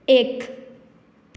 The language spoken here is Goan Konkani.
एक